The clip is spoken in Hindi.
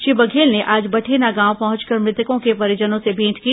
श्री बघेल ने आज बठेना गांव पहंचकर मतको के परिजनों से भेंट की